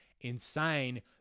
insane